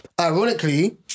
Ironically